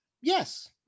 Yes